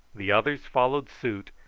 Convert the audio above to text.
the others followed suit,